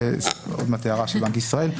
זאת עוד מעט הערה של בנק ישראל.